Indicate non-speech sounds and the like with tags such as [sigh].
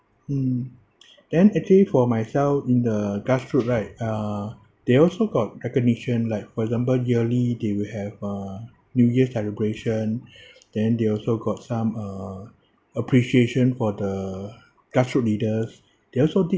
mm then actually for myself in the grassroot right uh they also got recognition like for example yearly they will have uh new year's celebration [breath] then they also got some uh appreciation for the grassroot leaders they also did